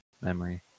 memory